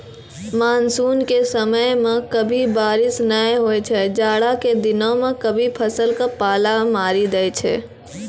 monsoon के समय मॅ कभी बारिश नाय होय छै, जाड़ा के दिनों मॅ कभी फसल क पाला मारी दै छै